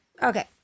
Okay